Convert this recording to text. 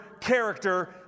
character